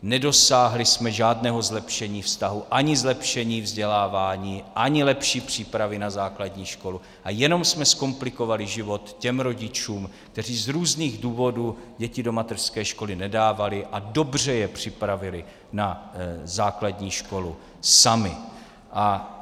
Nedosáhli jsme žádného zlepšení vztahu, ani zlepšení vzdělávání, ani lepší přípravy na základní školu a jenom jsme zkomplikovali život těm rodičům, kteří z různých důvodů děti do mateřské školy nedávali a dobře je připravili na základní školu sami.